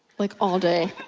like all day.